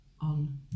on